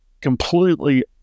completely